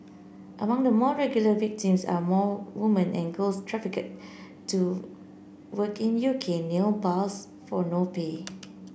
among the more regular victims are more women and girls trafficked to work in U K nail bars for no pay